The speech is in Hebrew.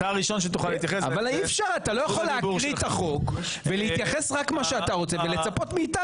איך אומרים, לא יומיים ולא שלושה.